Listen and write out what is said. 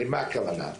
למה הכוונה?